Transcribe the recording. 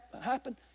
happen